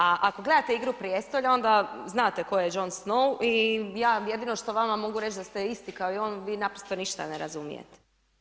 A ako gledate „Igru prijestolja“ onda znate tko je Jon Snow i ja jedino što vama mogu reći da ste isti kao i on vi naprosto ništa ne razumijete.